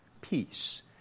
peace